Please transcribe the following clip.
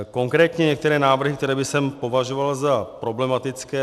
Konkrétně některé návrhy, které bych považoval za problematické.